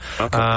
Okay